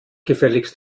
gefälligst